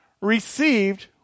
received